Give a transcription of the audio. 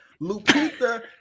Lupita